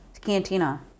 cantina